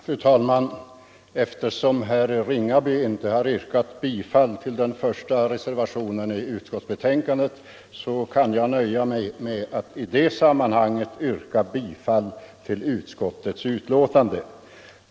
Fru talman! Eftersom herr Ringaby inte yrkade bifall till reservationen I kan jag nöja mig med att i det sammanhanget yrka bifall till utskottets hemställan.